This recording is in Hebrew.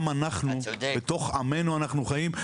גם אנחנו בתוך עמנו אנחנו חיים,